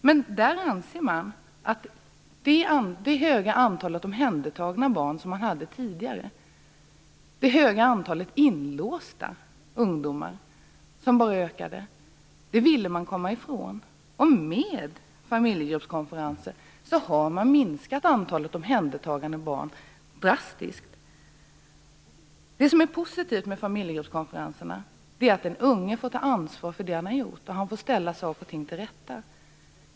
Men i Nya Zeeland ville man komma ifrån det höga antal omhändertagna barn som man hade tidigare och det höga antal inlåsta ungdomar som bara ökade. Och med familjegruppskonferenser har man minskat antalet omhändertagna barn drastiskt. Det som är positivt med familjegruppskonferenserna är att den unge får ta ansvar för det han har gjort, och han får ställa saker och ting till rätta.